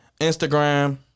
Instagram